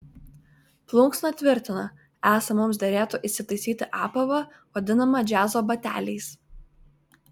plunksna tvirtina esą mums derėtų įsitaisyti apavą vadinamą džiazo bateliais